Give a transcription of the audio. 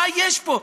מה יש פה?